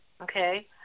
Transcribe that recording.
okay